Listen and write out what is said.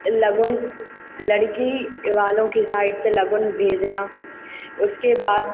शगुन लड़की वालों की साइड से शगुन भेजना उसके बाद